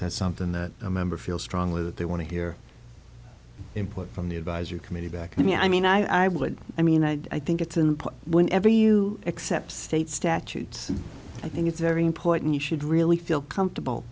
that's something that a member feel strongly that they want to hear input from the advisory committee back to me i mean i would i mean i think it's an whenever you accept state statutes i think it's very important you should really feel comfortable